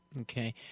Okay